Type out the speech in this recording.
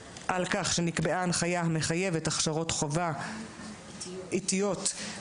הנושא הוא יישום המלצות דוח הוועדה הציבורית